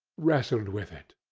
wrestled with it.